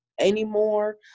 anymore